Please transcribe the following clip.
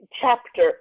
chapter